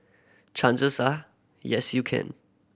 chances are yes you can